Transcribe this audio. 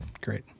Great